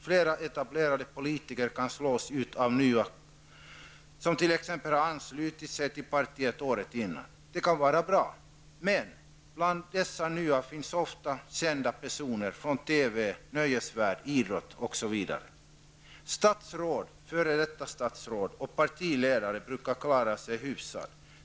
Flera etablerade politiker kan slås ut av nya, t.ex. sådana som har anslutit sig till partiet året innan. Det kan vara bra. Men bland dessa nya finns ofta kända personer från TV, nöjesvärld, idrott osv. Statsrådet, före detta statsråd och partiledare brukar klara sig hyfsat.